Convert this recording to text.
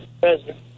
president